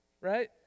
right